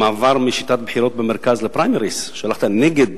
המעבר משיטת בחירות במרכז לפריימריס, כשהלכת נגד